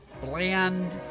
bland